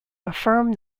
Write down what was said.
affirm